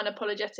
unapologetic